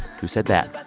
who said that? but